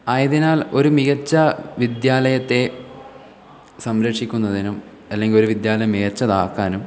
ആയതിനാൽ ഒരു മികച്ച വിദ്യാലയത്തെ സംരക്ഷിക്കുന്നതിനും അല്ലെങ്കിൽ ഒരു വിദ്യാലയം മേച്ചതാക്കാനും